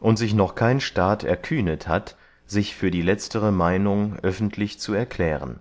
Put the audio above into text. und sich noch kein staat erkühnet hat sich für die letztere meynung öffentlich zu erklären